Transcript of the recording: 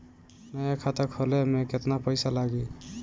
नया खाता खोले मे केतना पईसा लागि?